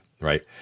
right